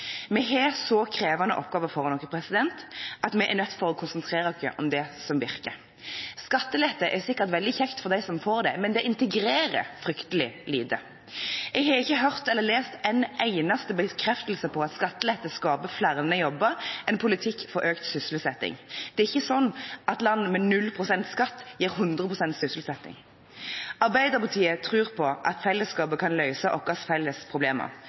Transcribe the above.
Vi har så krevende oppgaver foran oss at vi er nødt til å konsentrere oss om det som virker. Skattelette er sikkert veldig kjekt for dem som får det, men det integrerer fryktelig lite. Jeg har ikke hørt eller lest en eneste bekreftelse på at skattelette skaper flere jobber enn politikk for økt sysselsetting. Det er ikke sånn at land med 0 pst. skatt gir 100 pst. sysselsetting. Arbeiderpartiet tror på at fellesskapet kan løse våre felles problemer.